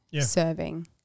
serving